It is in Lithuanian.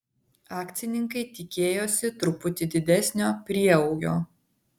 akcininkai tikėjosi truputį didesnio prieaugio